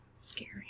scary